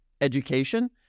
education